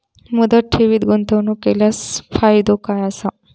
मुदत ठेवीत गुंतवणूक केल्यास फायदो काय आसा?